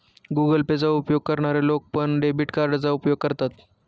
Google Pay चा उपयोग करणारे लोक पण, डेबिट कार्डचा उपयोग करतात